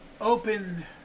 open